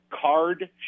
Card